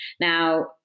now